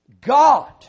God